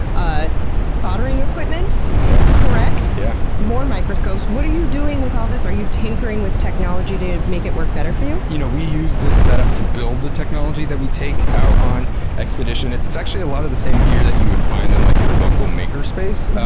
ah soldering equipment? yeah correct? yeah. more microscopes. what are you doing with all this? are you tinkering with technology to make it work better for you? you know we use this setup to build the technology that we take out on expedition. it's it's actually a lot of the same gear that you would find in like your local makerspace,